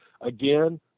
again